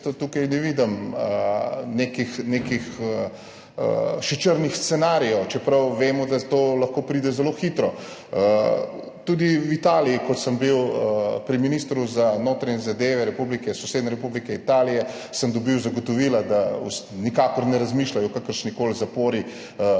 tukaj ne še vidim nekih črnih scenarijev, čeprav vemo, da to lahko pride zelo hitro. Tudi v Italiji, ko sem bil pri ministru za notranje zadeve sosednje Republike Italije, sem dobil zagotovila, da nikakor ne razmišljajo o kakršnikoli zapori